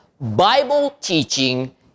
Bible-teaching